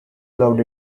loved